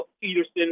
Peterson